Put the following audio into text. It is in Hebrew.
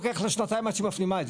לוקח לה שנתיים עד שהיא מפנימה את זה.